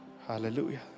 Hallelujah